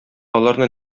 аларны